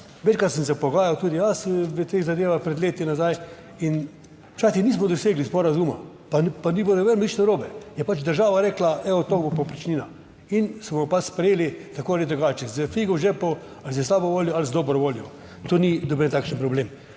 Večkrat sem se pogajal tudi jaz v teh zadevah, pred leti nazaj in včasih nismo dosegli sporazuma, pa ni bilo, ne vem, nič narobe. Je pač država rekla, evo, to bo povprečnina in smo jo pač sprejeli tako ali drugače, s figo v žepu ali s slabo voljo ali z dobro voljo. To ni noben takšen problem.